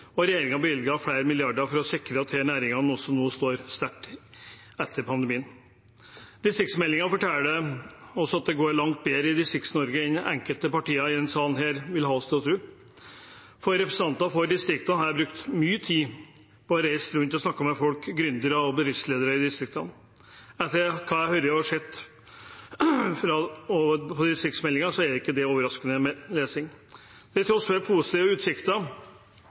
og regjeringen har bevilget flere milliarder for å sikre at disse næringene også vil stå sterkt etter pandemien. Distriktsmeldingen forteller også at det går langt bedre i Distrikts-Norge enn enkelte partier i denne salen vil ha oss til å tro. Representanter for distriktene har brukt mye tid på å reise rundt og snakke med folk, gründere og bedriftsledere i distriktene. Etter hva jeg har hørt og sett, er ikke distriktsmeldingen overraskende lesing. Til tross for positive utsikter